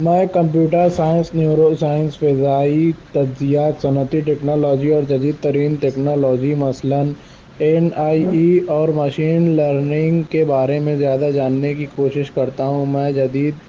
میں computer science neuro science فضائی تجزیہ صنعتی ٹیکنالوجی اور جدید ترین ٹیکنالوجی مثلاً این آئی ای اور مشین لرننگ کے بارے میں زیادہ جاننے کی کوشش کرتا ہوں میں جدید